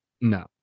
No